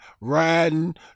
riding